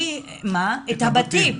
את הבתים.